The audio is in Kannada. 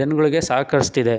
ಜನ್ಗಳಿಗೆ ಸಹಕರ್ಸ್ತಿದೆ